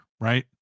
right